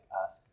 ask